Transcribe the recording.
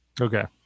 Okay